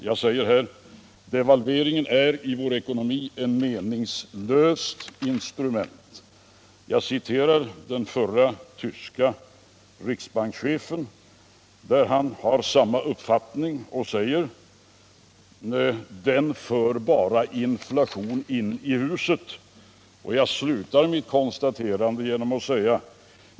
Jag sade: ”Devalveringen är dessutom i vår ekonomi ett meningslöst instrument.” Jag citerade den förre västtyske riksbankschefen som har samma uppfattning och som har sagt att en devalvering för ”bara in inflation i huset”.